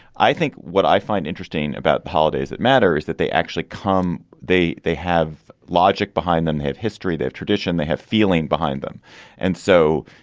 i think what i find interesting about the holidays that matter is that they actually come. they they have logic behind them have history, they have tradition, they have feeling behind them and so.